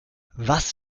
was